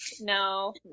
No